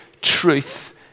truth